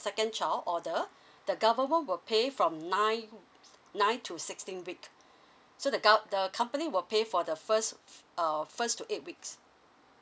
second child order the government will pay from nine nine to sixteen week so the gov~ the company will pay for the first uh first to eight weeks